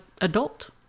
adult